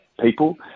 people